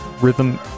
rhythm